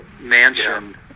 mansion